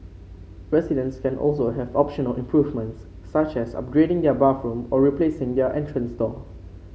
residents can also have optional improvements such as upgrading their bathroom or replacing their entrance doors